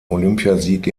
olympiasieg